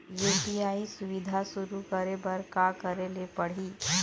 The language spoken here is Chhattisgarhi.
यू.पी.आई सुविधा शुरू करे बर का करे ले पड़ही?